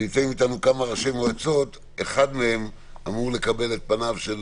נמצאים אתנו כמה ראשי מועצות שאחד מהם אמור לקבל את פניו של